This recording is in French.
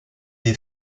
des